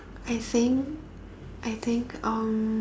I saying I think um